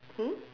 hmm